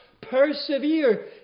persevere